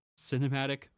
cinematic